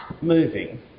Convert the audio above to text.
moving